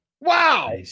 Wow